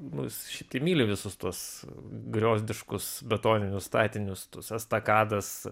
nu jis šiaip tai myli visus tuos griozdiškus betoninius statinius tos estakadas